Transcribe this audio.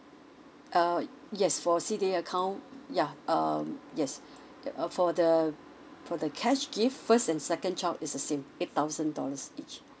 uh yes for C D A account yeuh um yes uh for the for the cash gift first and second child is the same eight thousand dollars each